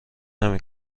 نمی